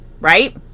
right